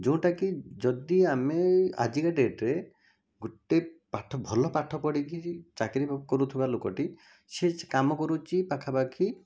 ଯେଉଁଟାକି ଯଦି ଆମେ ଆଜିକା ଡେଟରେ ଗୋଟିଏ ପାଠ ଭଲ ପାଠପଢ଼ିକି ଚାକିରି କରୁଥିବା ଲୋକଟି ସେ ଯେ କାମ କରୁଛି ପାଖାପାଖି